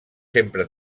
sempre